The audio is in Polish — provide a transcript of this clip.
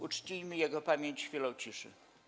Uczcijmy jego pamięć chwilą ciszy.